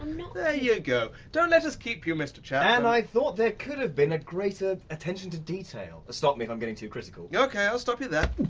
there you go. don't let us keep you, mr chap and i thought there could have been a greater attention to detail stop me if i'm getting too critical. yeah ok, i'll stop you there.